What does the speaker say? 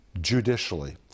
judicially